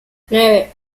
nueve